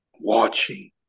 Watching